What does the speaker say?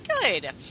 good